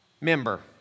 member